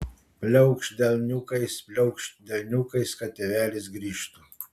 pliaukšt delniukais pliaukšt delniukais kad tėvelis grįžtų